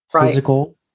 physical